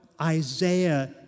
Isaiah